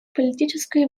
политической